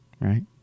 right